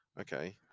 okay